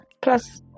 plus